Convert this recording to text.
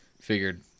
figured